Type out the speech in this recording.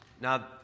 Now